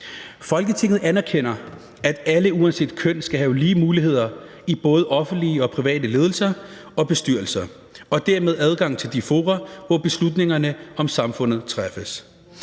»Folketinget anerkender, at alle uanset køn skal have lige muligheder i både offentlige og private ledelser og bestyrelser og dermed adgang til de fora, hvor beslutninger om samfundet træffes.